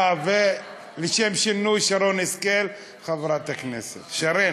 אה, ולשם שינוי חברת הכנסת שרון השכל.